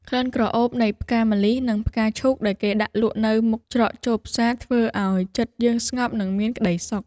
ក្លិនក្រអូបនៃផ្កាម្លិះ និងផ្កាឈូកដែលគេដាក់លក់នៅមុខច្រកចូលផ្សារធ្វើឱ្យចិត្តយើងស្ងប់និងមានក្ដីសុខ។